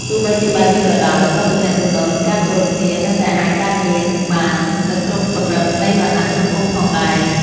ទោះបីជាបែបនេះក៏ដោយ ក៏ទំនាក់ទំនងនិងការគោរពគ្នានៅតែអាចកើតមានបាននៅគ្រប់កម្រិតនៃវណ្ណៈសង្គមផងដែរ។